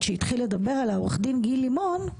שהתחיל לדבר עליה עורך דין גיל לימון,